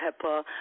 Pepper